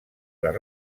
les